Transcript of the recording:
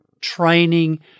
training